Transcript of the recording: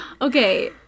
Okay